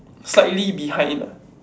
slightly behind ah